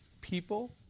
people